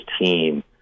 team